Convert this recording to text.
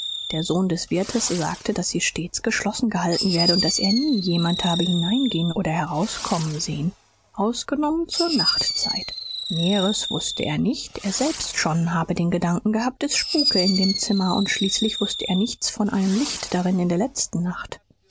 der sohn des wirtes sagte daß sie stets geschlossen gehalten werde und daß er nie jemand habe hineingehen oder herauskommen sehen ausgenommen zur nachtzeit näheres wußte er nicht er selbst schon habe den gedanken gehabt es spuke in dem zimmer und schließlich wußte er nichts von einem licht darin in der letzten nacht